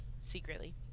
secretly